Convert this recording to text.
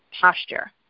posture